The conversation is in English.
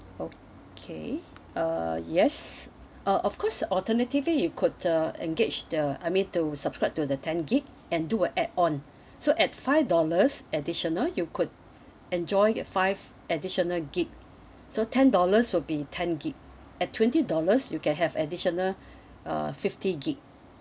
okay uh yes uh of course alternatively you could uh engage the I mean to subscribe to the ten gig and do an add on so at five dollars additional you could enjoy five additional gig so ten dollars will be ten gig at twenty dollars you can have additional uh fifty gig